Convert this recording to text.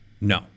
No